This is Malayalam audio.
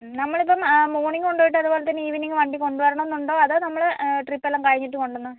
നമ്മൾ ഇപ്പം മോര്ണിംഗ് കൊണ്ടുപോയിട്ട് അതുപോലെ തന്നെ ഈവനിംഗ് വണ്ടി കൊണ്ടു വരണം എന്നുണ്ടോ അതോ നമ്മൾ ട്രിപ്പ് എല്ലാം കഴിഞ്ഞിട്ട് കൊണ്ടുവന്നാൽ